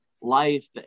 life